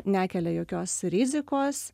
nekelia jokios rizikos